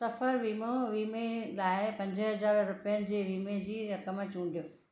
सफ़रु वीमो वीमे लाइ पंज हज़ार रुपियनि जी वीमे जी रक़म चूंडियो